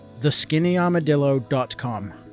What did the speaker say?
theskinnyarmadillo.com